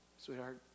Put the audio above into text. Sweetheart